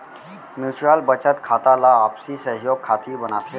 mutual बचत खाता ला आपसी सहयोग खातिर बनाथे